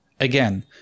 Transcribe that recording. Again